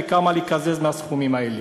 וכמה לקזז מהסכומים האלה.